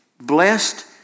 blessed